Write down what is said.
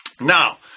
now